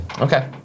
Okay